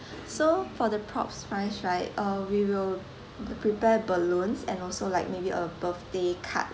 so for the props wise right uh we will prepare balloons and also like maybe a birthday card